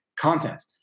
content